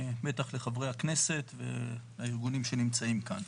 בטח לחברי הכנסת ולארגונים שנמצאים כאן.